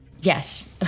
Yes